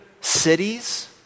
cities